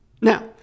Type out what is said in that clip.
Now